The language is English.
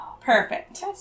Perfect